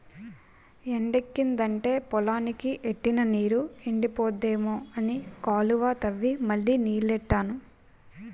ఎండెక్కిదంటే పొలానికి ఎట్టిన నీరు ఎండిపోద్దేమో అని కాలువ తవ్వి మళ్ళీ నీల్లెట్టాను